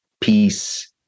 Peace